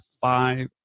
five